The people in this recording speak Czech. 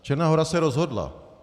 Černá Hora se rozhodla.